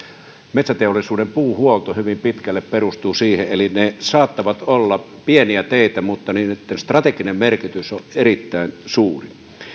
metsäteollisuuden puuhuolto hyvin pitkälle perustuu niihin eli ne saattavat olla pieniä teitä mutta niitten strateginen merkitys on erittäin suuri